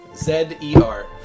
Z-E-R